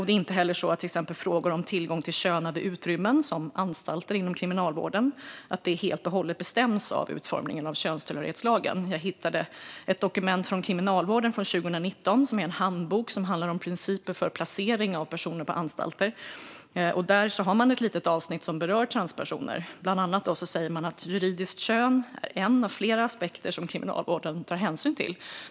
Det är inte heller så att till exempel frågor om tillgång till könade utrymmen, som på anstalter inom kriminalvården, helt och hållet bestäms av utformningen av könstillhörighetslagen. Jag hittade ett dokument från Kriminalvården från 2019 som är en handbok som handlar om principer för placering av personer på anstalter. Där har man ett litet avsnitt som berör transpersoner. Man säger bland annat att juridiskt kön är en av flera aspekter som Kriminalvården tar hänsyn till.